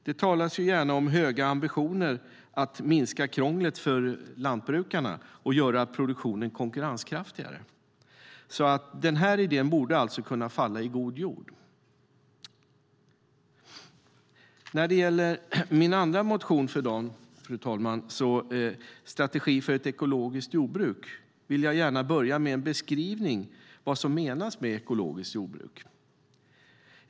Det talas gärna om höga ambitioner för att minska krånglet för lantbrukarna och göra produktionen konkurrenskraftigare. Denna idé borde alltså kunna fall i god jord. När det gäller min andra motion för dagen om strategi för ett ekologiskt jordbruk vill jag gärna börja med en beskrivning av vad som menas med ekologiskt jordbruk.